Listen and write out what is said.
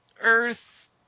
Earth